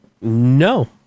No